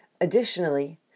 Additionally